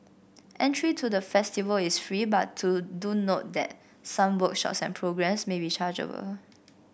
entry to the festival is free but to do note that some workshops and programmes may be chargeable